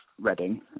reading